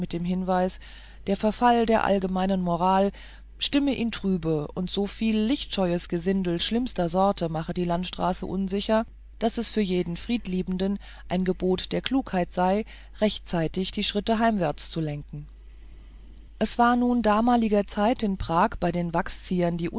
hinweis der verfall der allgemeinen moral stimme ihn trübe und soviel lichtscheues gesindel schlimmster sorte mache die landstraße unsicher daß es für jeden friedliebenden ein gebot der klugheit sei rechtzeitig die schritte heimwärts zu lenken es war nun damaliger zeit in prag bei den wachsziehern die